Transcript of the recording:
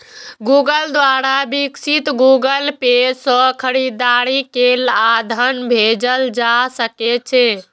Google द्वारा विकसित Google Pay सं खरीदारी कैल आ धन भेजल जा सकै छै